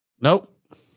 Nope